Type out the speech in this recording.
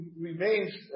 remains